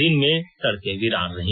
दिन में सड़के विरान रहीं